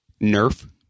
Nerf